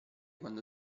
quando